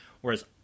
Whereas